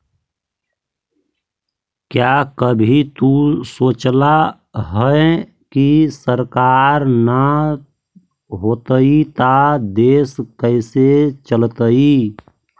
क्या कभी तु सोचला है, की सरकार ना होतई ता देश कैसे चलतइ